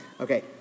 okay